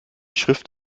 schrift